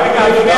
רגע, אדוני